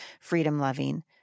freedom-loving